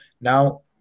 now